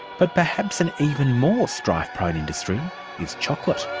but perhaps an even more strike-prone industry is chocolate.